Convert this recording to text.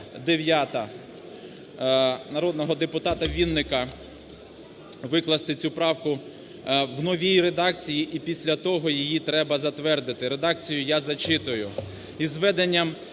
народного депутата Вінника. Викласти цю правку в новій редакції і після того її треба затвердити. Редакцію я зачитую: